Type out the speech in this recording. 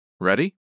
Ready